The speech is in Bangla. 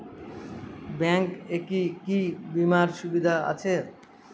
ব্যাংক এ কি কী বীমার সুবিধা আছে?